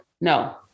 No